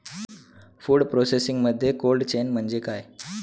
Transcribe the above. Food प्रोसेसिंगमध्ये cold chain म्हणजे काय?